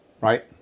right